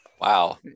wow